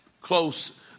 Close